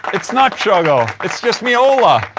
it's not chuggo, it's just me ola.